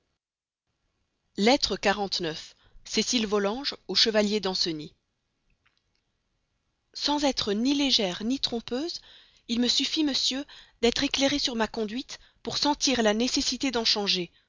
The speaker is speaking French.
lettre xxi cécile volanges au chevalier danceny sans être ni légère ni trompeuse il me suffit monsieur d'être éclairée sur ma conduite pour sentir la nécessité d'en changer